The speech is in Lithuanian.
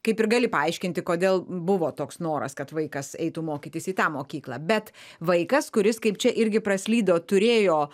kaip ir gali paaiškinti kodėl buvo toks noras kad vaikas eitų mokytis į tą mokyklą bet vaikas kuris kaip čia irgi praslydo turėjo